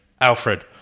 Alfred